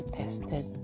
tested